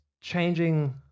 changing